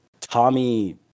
Tommy